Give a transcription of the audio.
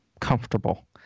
comfortable